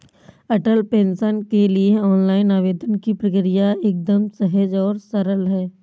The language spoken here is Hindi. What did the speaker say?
अटल पेंशन के लिए ऑनलाइन आवेदन की प्रक्रिया एकदम सहज और सरल है